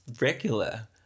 regular